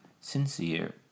sincere